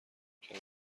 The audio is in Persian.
کمی